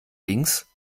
links